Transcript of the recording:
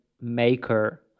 Maker